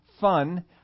fun